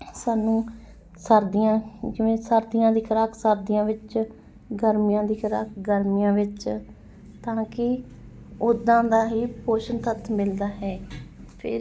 ਸਾਨੂੰ ਸਰਦੀਆਂ ਜਿਵੇਂ ਸਰਦੀਆਂ ਦੀ ਖੁਰਾਕ ਸਰਦੀਆਂ ਵਿੱਚ ਗਰਮੀਆਂ ਦੀ ਖੁਰਾਕ ਗਰਮੀਆਂ ਵਿੱਚ ਤਾਂ ਕਿ ਉੱਦਾਂ ਦਾ ਹੀ ਪੋਸ਼ਣ ਤੱਤ ਮਿਲਦਾ ਹੈ ਫਿਰ